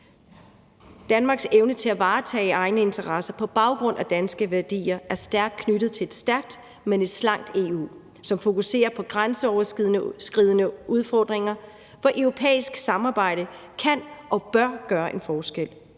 Danmarks evne til at varetage egne interesser på baggrund af danske værdier er stærkt knyttet til et stærkt, men slankt EU, som fokuserer på grænseoverskridende udfordringer, for europæisk samarbejde kan og bør gøre en forskel.